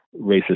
racist